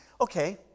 okay